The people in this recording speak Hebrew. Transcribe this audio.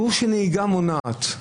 קורס של נהיגה מונעת,